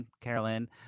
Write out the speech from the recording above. Carolyn